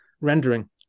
rendering